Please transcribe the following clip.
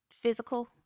physical